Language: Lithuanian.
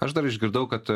aš dar išgirdau kad